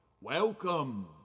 Welcome